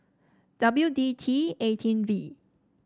W D T eighteen V